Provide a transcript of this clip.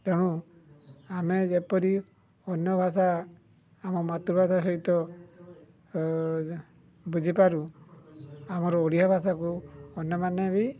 ତେଣୁ ଆମେ ଯେପରି ଅନ୍ୟ ଭାଷା ଆମ ମାତୃଭାଷା ସହିତ ବୁଝିପାରୁ ଆମର ଓଡ଼ିଆଭାଷାକୁ ଅନ୍ୟମାନେ ବି